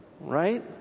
Right